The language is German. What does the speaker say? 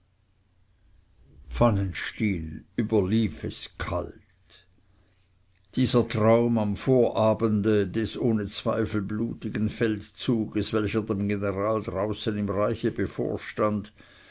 pfannenstiel überlief es kalt dieser traum am vorabende des ohne zweifel blutigen feldzuges welcher dem general draußen im reiche bevorstand